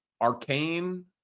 Arcane